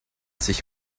sich